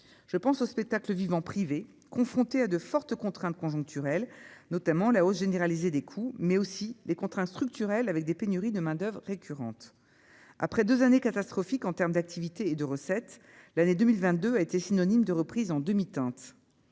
je pense au spectacle vivant privé confronté à de fortes contraintes conjoncturelles, notamment la hausse généralisée des coûts mais aussi des contraintes structurelles avec des pénuries de main-d'Oeuvres récurrente après 2 années catastrophiques en termes d'activité et de recettes, l'année 2022 a été synonyme de reprise en demi-teinte